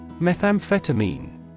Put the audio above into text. Methamphetamine